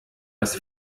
das